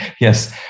Yes